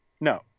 No